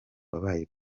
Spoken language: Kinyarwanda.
wabaye